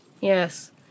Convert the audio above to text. Yes